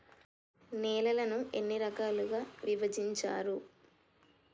నేలలను ఎన్ని రకాలుగా విభజించారు?